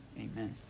amen